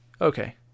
okay